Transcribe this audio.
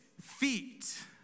feet